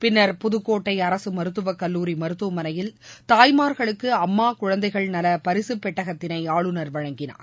பிள்ளர் புதுக்கோட்டை அரசு மருத்துவக்கல்லூரி மருத்துவமளையில் தாய்மார்களுக்கு அம்மா குழந்தைகள் நல பரிசுப்பெட்டகத்தினை ஆளுநர் வழங்கினார்